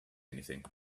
anything